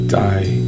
die